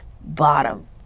bottom